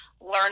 learn